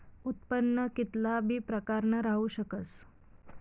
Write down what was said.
उत्पन्न कित्ला बी प्रकारनं राहू शकस